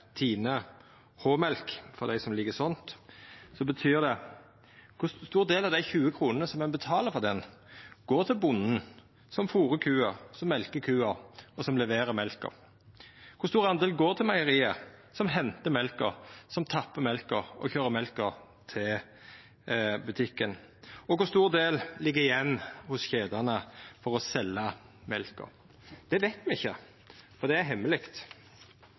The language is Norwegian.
Tine H-mjølk, for dei som likar slikt, kor stor del av dei 20 kronene ein betaler for mjølka, går til bonden som fôrar kua, som mjølkar kua, og som leverer mjølka? Kor stor del går til meieriet som hentar mjølka, som tappar mjølka, og som køyrer mjølka til butikken? Kor stor del ligg igjen hos kjedene for å selja mjølka? Det veit me ikkje, for det er